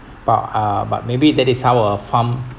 but uh but maybe that is a farm